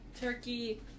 turkey